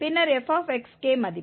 பின்னர் f மதிப்பு